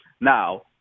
Now